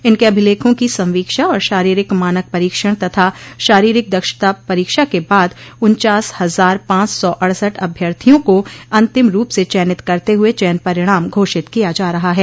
इनके अभिलेखों की संवीक्षा और शारीरिक मानक परीक्षण तथा शारीरिक दक्षता परीक्षा के बाद उन्चास हजार पांच सौ अड़सठ अभ्यर्थियों को अंतिम रूप से चयनित करते हुए चयन परिणाम घोषित किया जा रहा है